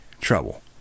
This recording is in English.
trouble